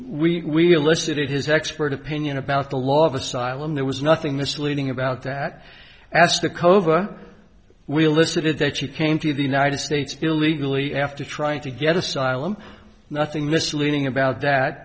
and we listed his expert opinion about the law of asylum there was nothing misleading about that as the cova we elicited that you came to the united states illegally after trying to get asylum nothing misleading about that